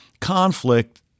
conflict